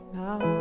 now